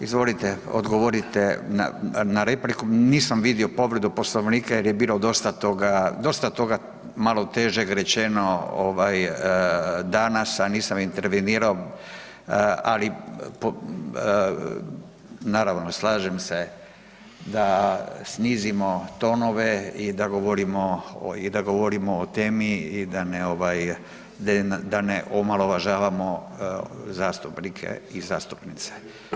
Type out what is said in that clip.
Izvolite, odgovorite na repliku, nisam vidio povredu Poslovnika jer je bilo dosta toga, dosta toga malo težeg rečeno ovaj danas, a nisam intervenirao, ali .../nerazumljivo/... naravno, slažem se da snizimo tonove i da govorimo o temi i da ne omalovažavamo zastupnike i zastupnice.